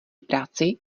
práci